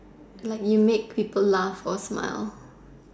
like you make people laugh or smile